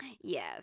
Yes